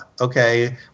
okay